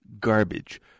Garbage